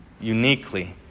uniquely